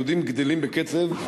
מספר היהודים גדל בקצב,